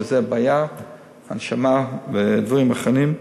שזה בעיה הנשמה ודברים אחרים.